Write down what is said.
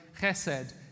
chesed